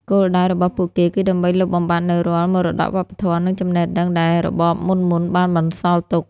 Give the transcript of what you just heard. គោលដៅរបស់ពួកគេគឺដើម្បីលុបបំបាត់នូវរាល់មរតកវប្បធម៌ និងចំណេះដឹងដែលរបបមុនៗបានបន្សល់ទុក។